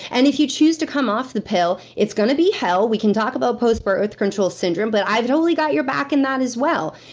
and if you choose to come off the pill, it's gonna be hell. we can talk about postbirth control syndrome. but i've totally got your back in that as well.